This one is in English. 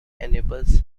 enables